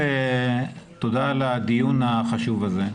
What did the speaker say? תודה על הדיון החשוב הזה.